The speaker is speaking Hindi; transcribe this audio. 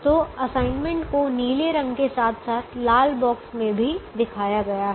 तो असाइनमेंट को नीले रंग के साथ साथ लाल बॉक्स में भी दिखाया गया है